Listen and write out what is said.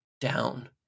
down